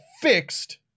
fixed